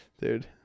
Dude